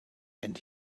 and